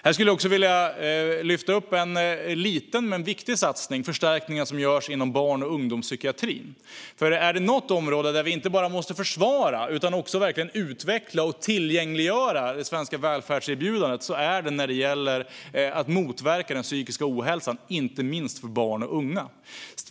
Jag skulle också vilja lyfta upp en liten men viktig satsning, nämligen förstärkningen som görs inom barn och ungdomspsykiatrin. Är det något område där vi inte bara måste försvara utan också verkligen utveckla och tillgängliggöra det svenska välfärdserbjudandet är det när det gäller att motverka den psykiska ohälsan, inte minst för barn och unga.